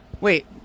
Wait